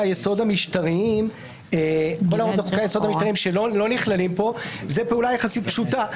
היסוד המשטריים שלא נכללים פה זה פעולה יחסית פשוטה,